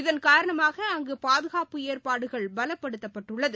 இதன் காரணமாக அங்கு பாதுகாப்பு ஏற்பாடுகள் பலபடுத்தப்பட்டுள்ளது